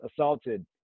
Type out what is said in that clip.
assaulted